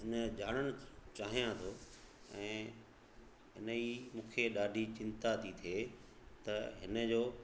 उन ॼाणणु चाहियां थो ऐं हुनजी मूंखे ॾाढी चिंता थी थिए त इन जो